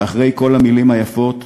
ואחרי כל המילים היפות,